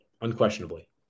unquestionably